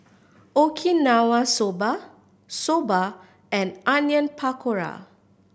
Okinawa Soba Soba and Onion Pakora